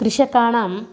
कृषकाणां